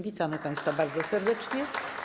Witamy państwa bardzo serdecznie.